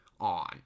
on